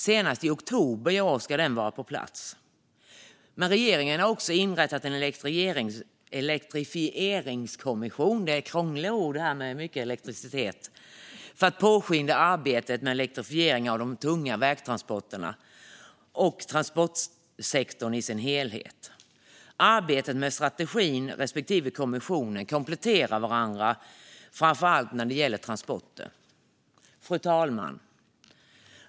Senast i oktober i år ska den vara på plats. Regeringen har också inrättat en elektrifieringskommission för att påskynda arbetet med elektrifieringen av de tunga vägtransporterna och transportsektorn i sin helhet. Strategin och kommissionen kompletterar varandra, framför allt när det gäller transporter. Fru talman!